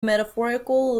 metaphorical